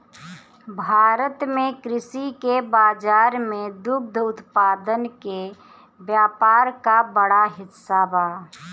भारत में कृषि के बाजार में दुग्ध उत्पादन के व्यापार क बड़ा हिस्सा बा